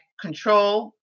control